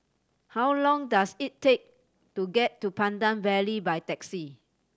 how long does it take to get to Pandan Valley by taxi